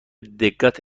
دقت